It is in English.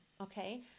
okay